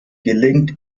gelingt